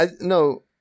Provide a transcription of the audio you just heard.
no